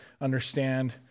understand